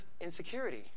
insecurity